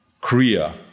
Korea